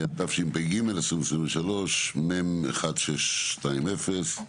התשפ"ג-2023, מ/1620.